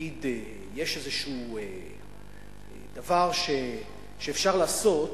שכשנגיד יש דבר שאפשר לעשות,